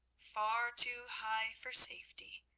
far too high for safety.